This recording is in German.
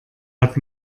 hat